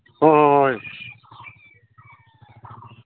ꯍꯣꯏ ꯍꯣꯏ ꯍꯣꯏ